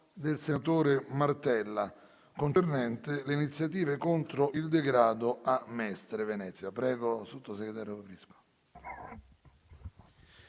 Grazie